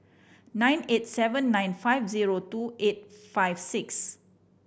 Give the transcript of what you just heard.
nine eight seven nine five zero two eight five six